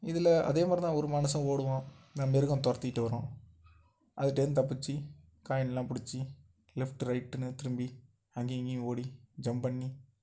இதில் அதே மாதிரி தான் ஒரு மனுசன் ஓடுவான் மிருகம் துறத்திட்டு வரும் அதுட்டேருந்து தப்பிச்சி காயின்லாம் பிடிச்சி லெஃப்ட் ரைட்டுன்னு திரும்பி அங்கேயும் இங்கேயும் ஓடி ஜம்ப் பண்ணி